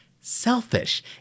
selfish